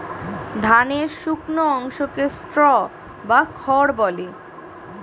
ধানের শুকনো অংশকে স্ট্র বা খড় বলে